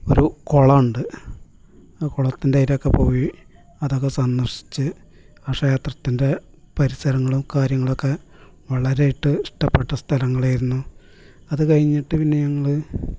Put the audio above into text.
ഒരു കുളം ഉണ്ട് ആ കുളത്തിൻ്റെ ആയിലൊക്കെ പോയി അതൊക്കെ സന്ദർശിച്ച് ആ ക്ഷേത്രത്തിൻ്റെ പരിസരങ്ങളും കാര്യങ്ങളൊക്കെ വളരെ ആയിട്ട് ഇഷ്ടപെട്ട സ്ഥലങ്ങളായിരുന്നു അത് കഴിഞ്ഞിട്ട് പിന്നെ ഞങ്ങൾ